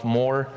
more